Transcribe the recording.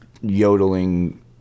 yodeling